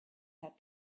that